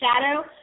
shadow